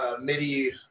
midi